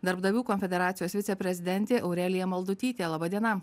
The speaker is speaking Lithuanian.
darbdavių konfederacijos viceprezidentė aurelija maldutytė laba diena